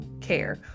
care